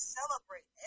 celebrate